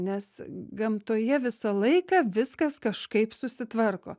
nes gamtoje visą laiką viskas kažkaip susitvarko